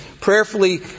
Prayerfully